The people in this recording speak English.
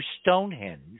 stonehenge